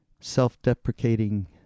self-deprecating